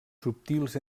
subtils